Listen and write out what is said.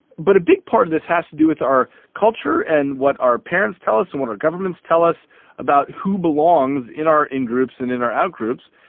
but a big part of this has to do with our culture and what our parents tell us and what our governments tell us about who belongs in our in-groups and in our out-groups,